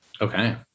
Okay